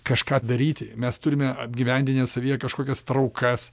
kažką daryti mes turime apgyvendinę savyje kažkokias traukas